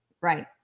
right